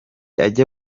ajya